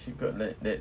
she got like that